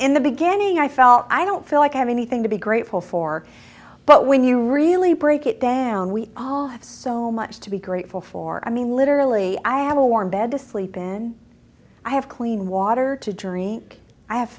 n the beginning i felt i don't feel like i have anything to be grateful for but when you really break it down we all have so much to be grateful for i mean literally i have a warm bed to sleep in i have clean water to drink i have